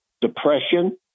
depression